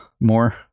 more